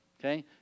okay